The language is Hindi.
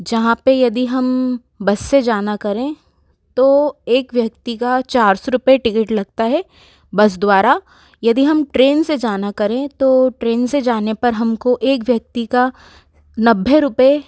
जहाँ पर यदि हम बस से जाना करें तो एक व्यक्ति का चार सौ रुपये टिकट लगता है बस द्वारा यदि हम ट्रेन से जाना करें तो ट्रेन से जाने पर हम को एक व्यक्ति का नब्बे रुपये